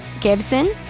Gibson